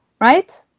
Right